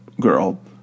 girl